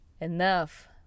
enough